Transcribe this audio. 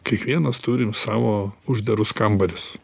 kiekvienas turim savo uždarus kambarius